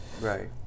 Right